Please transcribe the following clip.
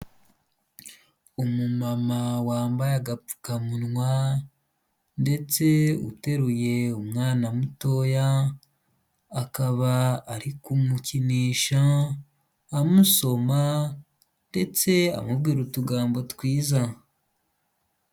Umu mama wambaye agapfukamunwa ndetse uteruye umwana mutoya, akaba ari kumukinisha amusoma ndetse amubwira utugambo twiza.